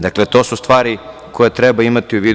Dakle, to su stvari koje treba imati u vidu.